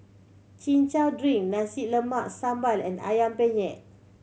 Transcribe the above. Chin Chow drink Nasi Goreng Sambal and Ayam Penyet